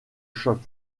choc